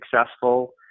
successful